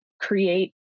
create